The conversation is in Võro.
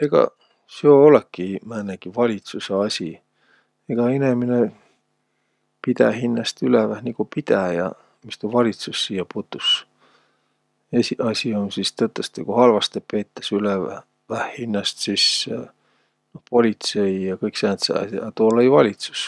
Egaq seo olõki-i määnegi valitsusõ asi. Egä inemine pidä hinnäst üleväh, nigu pidä ja mis tuu valitsus siiäq putus. Esiqasi um sis tõtõstõ, ku halvastõ peetäs ülevä- -väh hinnäst, sis noh, politsei ja kõik sääntseq as'aq, a tuu olõ-õi valitsus.